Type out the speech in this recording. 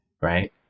right